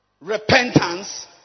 repentance